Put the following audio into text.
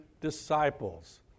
disciples